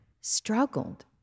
struggled